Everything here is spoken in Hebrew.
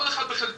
כל אחד בחלקו,